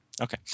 Okay